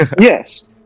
Yes